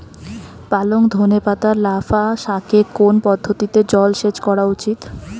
পালং ধনে পাতা লাফা শাকে কোন পদ্ধতিতে জল সেচ করা উচিৎ?